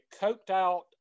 coked-out